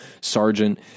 Sergeant